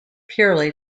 purely